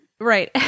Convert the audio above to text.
Right